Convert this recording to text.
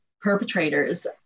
perpetrators